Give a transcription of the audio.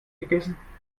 aufgegessen